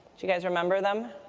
do you guys remember them?